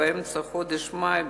באמצע חודש מאי,